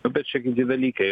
nu bet čia kiti dalykai